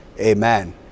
amen